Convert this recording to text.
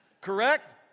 Correct